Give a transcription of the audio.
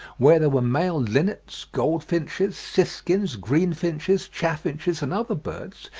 where there were male linnets, goldfinches, siskins, greenfinches, chaffinches, and other birds,